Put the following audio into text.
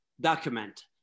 document